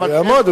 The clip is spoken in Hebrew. הוא יעמוד,